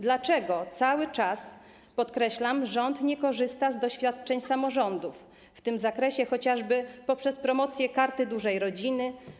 Dlaczego cały czas, podkreślam, rząd nie korzysta z doświadczeń samorządów w tym zakresie, chociażby poprzez promocję Karty Dużej Rodziny?